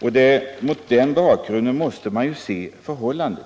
Det är mot den bakgrunden man måste se situationen.